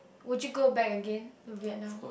would you go back again to Vietnam